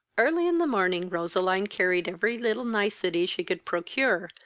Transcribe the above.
early in the morning, roseline carried every little nicety she could procure,